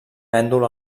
pèndol